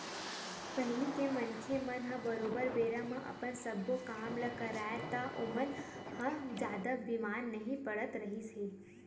पहिली के मनखे मन ह बरोबर बेरा म अपन सब्बो काम ल करय ता ओमन ह जादा बीमार नइ पड़त रिहिस हे